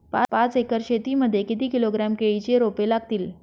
पाच एकर शेती मध्ये किती किलोग्रॅम केळीची रोपे लागतील?